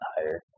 higher